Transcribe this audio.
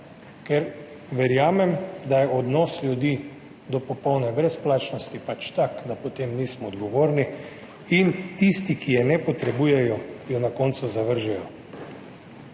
Ker verjamem, da je odnos ljudi do popolne brezplačnosti pač tak, da potem nismo odgovorni, in tisti, ki je ne potrebujejo, jo na koncu zavržejo.